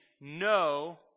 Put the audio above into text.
no